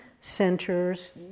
centers